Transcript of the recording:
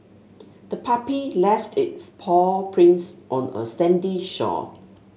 the puppy left its paw prints on a sandy shore